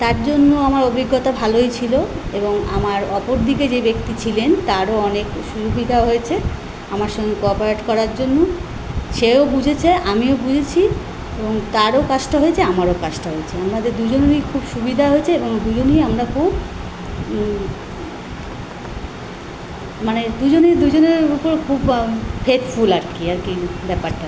তার জন্য আমার অভিজ্ঞতা ভালোই ছিল এবং আমার ওপর দিকে যেই ব্যক্তি ছিলেন তারও অনেক সুবিধা হয়েছে আমার সঙ্গে কোঅপারেট করার জন্য সেও বুঝেছে আমিও বুঝেছি এবং তারও কাজটা হয়েছে আমারও কাজটা হয়েছে আমাদের দুজনেরই খুব সুবিধা হয়েছে এবং দুজনেই আমরা খুব মানে দুজনেই দুজনের উপর খুব ফেথফুল আর কি আর কি ব্যাপারটা